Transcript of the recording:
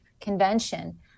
convention